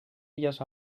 illes